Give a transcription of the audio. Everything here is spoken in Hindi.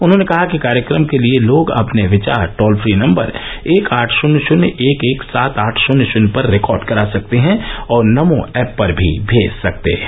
उन्होंने कहा कि कार्यक्रम के लिए लोग अपने विचार टोल फ्री नम्बर एक आठ शून्य शून्य एक एक सात आठ शून्य शून्य पर रिकॉर्ड करा सकते हैं और नमो एप पर भी मेज सकते हैं